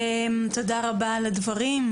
תודה רבה על הדברים.